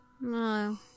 No